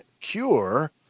Cure